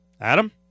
Adam